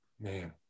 Man